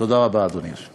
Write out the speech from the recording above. תודה רבה, אדוני.